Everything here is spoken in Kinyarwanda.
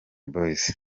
boys